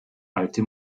alte